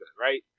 right